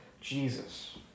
Jesus